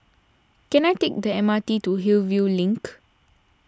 can I take the M R T to Hillview Link